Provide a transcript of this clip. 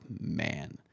man